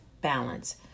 balance